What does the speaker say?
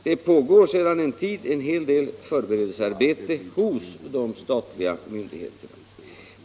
Det pågår sedan en tid en hel del förberedelsearbete hos de statliga myndigheterna.